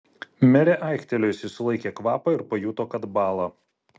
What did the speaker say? merė aiktelėjusi sulaikė kvapą ir pajuto kad bąla